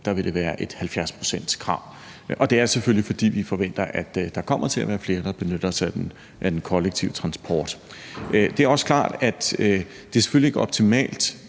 vil der være et 70-procentskrav. Det er selvfølgelig, fordi vi forventer, at der kommer til at være flere, der benytter sig af den kollektive transport. Det er også klart, at det selvfølgelig ikke er optimalt,